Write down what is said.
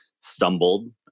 stumbled